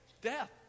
death